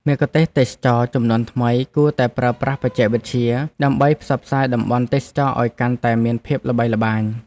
មគ្គុទ្ទេសក៍ទេសចរណ៍ជំនាន់ថ្មីគួរតែប្រើប្រាស់បច្ចេកវិទ្យា ដើម្បីផ្សព្វផ្សាយតំបន់ទេសចរណ៍ឱ្យកាន់តែមានភាពល្បីល្បាញ។